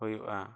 ᱦᱩᱭᱩᱜᱼᱟ